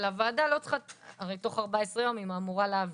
אבל הוועדה לא צריכה' הרי תוך 14 יום היא אמורה להעביר.